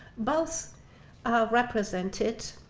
both are represented